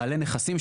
בעלי נכסים,